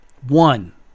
One